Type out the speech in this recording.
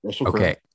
Okay